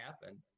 happen